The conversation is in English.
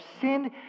sinned